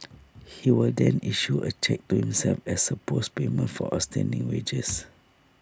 he will then issue A cheque to himself as supposed payment for outstanding wages